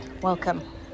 Welcome